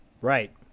Right